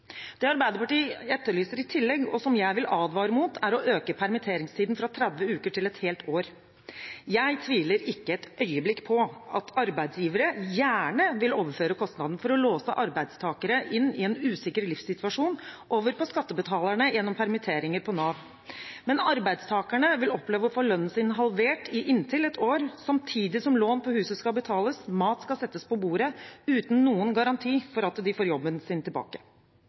Det Arbeiderpartiet etterlyser i tillegg, og som jeg vil advare mot, er å øke permitteringstiden fra 30 uker til et helt år. Jeg tviler ikke et øyeblikk på at arbeidsgivere gjerne vil overføre kostnaden for å låse arbeidstakere inn i en usikker livssituasjon over på skattebetalerne gjennom permitteringer på Nav. Men arbeidstakerne vil oppleve å få lønnen sin halvert i inntil ett år, samtidig som lån på huset skal betales og mat skal settes på bordet, uten noen garanti for at de får jobben sin tilbake.